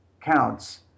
counts